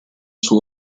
suo